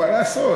מה לעשות,